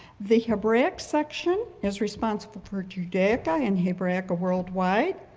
the hebraic section is responsible for judaica and hebraica worldwide.